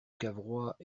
cavrois